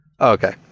okay